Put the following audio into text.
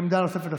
עמדה נוספת לשר.